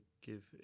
give